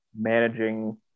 managing